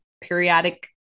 periodic